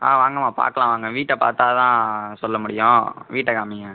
ஆ வாங்கம்மா பார்க்கலாம் வாங்க வீட்டை பார்த்தா தான் சொல்ல முடியும் வீட்டை காமிங்க